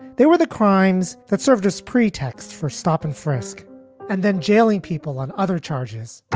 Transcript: there were the crimes that served as pretext for stop and frisk and then jailing people on other charges